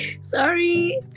Sorry